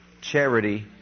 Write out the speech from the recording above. charity